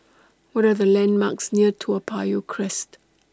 What Are The landmarks near Toa Payoh Crest